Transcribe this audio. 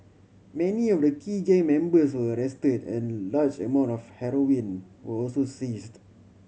many of the key gang members were arrested and large amount of heroin were also seized